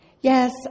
Yes